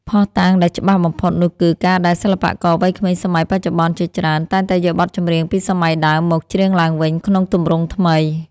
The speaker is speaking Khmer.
ភស្តុតាងដែលច្បាស់បំផុតនោះគឺ ការដែលសិល្បករវ័យក្មេងសម័យបច្ចុប្បន្នជាច្រើន តែងតែយកបទចម្រៀងពីសម័យដើមមកច្រៀងឡើងវិញក្នុងទម្រង់ថ្មី